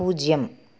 பூஜ்ஜியம்